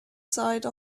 side